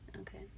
Okay